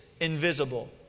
invisible